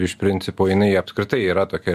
iš principo jinai apskritai yra tokia